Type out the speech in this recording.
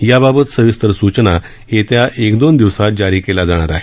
याबाबत सविस्तर सूचना येत्या एक दोन दिवसात जारी केल्या जाणार आहेत